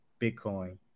bitcoin